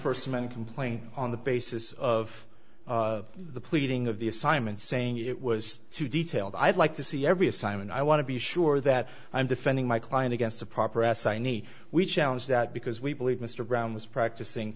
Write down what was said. first man complaint on the basis of the pleading of the assignment saying it was too detailed i'd like to see every assignment i want to be sure that i'm defending my client against a proper assignee we challenge that because we believe mr brown was practicing